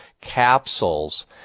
capsules